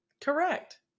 Correct